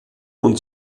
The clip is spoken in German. und